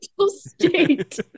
state